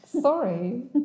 Sorry